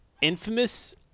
Infamous